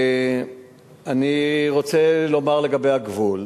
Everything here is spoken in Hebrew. אני רוצה לומר לגבי הגבול.